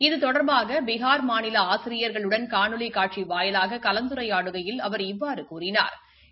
இது தொடர்பாக பீனா் மாநில ஆசிரியர்களுடன் காணொலி காட்சி வாயிலாக கலந்துரையாடுகையில் அவர் இவ்வாறு கூறினா்